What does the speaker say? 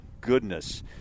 goodness